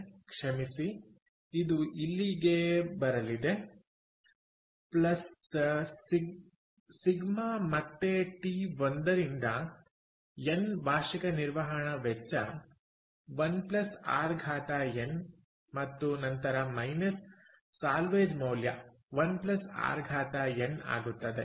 ಕ್ಷಮಿಸಿ ಇದು ಇಲ್ಲಿಗೆ ಬರಲಿದೆ ಪ್ಲಸ್ Ʃ ಮತ್ತೆ ಟಿ 1 ರಿಂದ ಎನ್ ವಾರ್ಷಿಕ ನಿರ್ವಹಣಾ ವೆಚ್ಚ 1 rn ಮತ್ತು ನಂತರ ಮೈನಸ್ ಸಾಲ್ವೇಜ್ ಮೌಲ್ಯ1 rn ಆಗುತ್ತದೆ